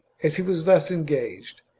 as he was thus en gaged,